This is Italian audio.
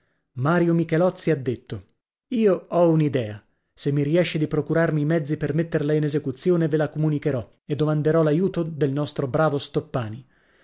mario michelozzi ha detto io ho un'idea se mi riesce di procurarmi i mezzi per metterla in esecuzione ve la comunicherò e domanderò l'aiuto del nostro bravo stoppani